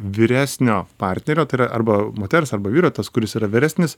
vyresnio partnerio arba moters arba vyro tas kuris yra vyresnis